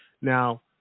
Now